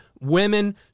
women